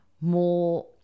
more